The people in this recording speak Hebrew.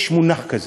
יש מונח כזה.